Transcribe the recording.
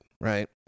right